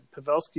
Pavelski